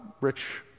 rich